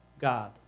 God